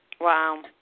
Wow